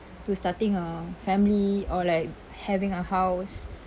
to starting a family or like having a house